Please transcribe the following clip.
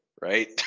right